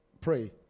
pray